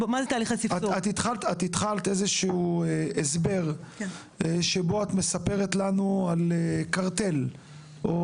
התחלת הסבר שבו את מספרת לנו על קרטל או